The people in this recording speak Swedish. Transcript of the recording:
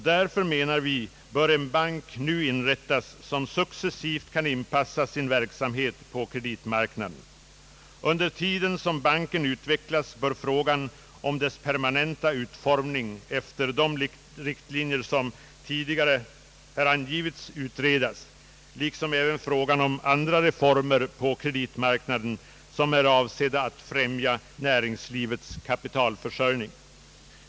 Därför, menar vi, bör en bank nu inrättas som successivt kan inpassa sin verksamhet på kreditmarknaden. Under tiden som banken utvecklas bör frågan om dess permanenta utformning efter de riktlinjer som tidigare här har angivits utredas, liksom även frågan om andra former på kreditmarknaden som är avsedda att främja näringslivets kapitalförsörjning.